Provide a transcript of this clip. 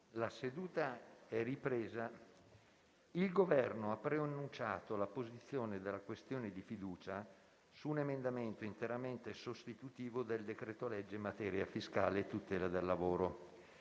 una nuova finestra"). Il Governo ha preannunciato la posizione della questione di fiducia su un emendamento interamente sostitutivo del decreto-legge in materia fiscale e tutela del lavoro.